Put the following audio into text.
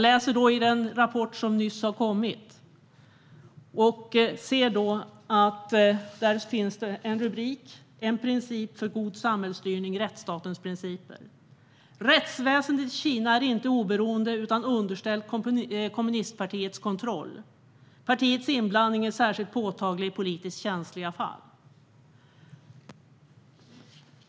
I den rapport som nyligen har kommit finns rubriken "Rättsstatens principer - En princip för god samhällsstyrning". Där framgår följande: " Rättsväsendet i Kina är inte oberoende utan underställt kommunistpartiets kontroll. Partiets inblandning är särskilt påtaglig i politiskt känsliga fall."